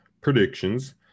predictions